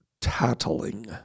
tattling